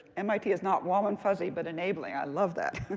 mit is not warm and fuzzy, but enabling. i love that.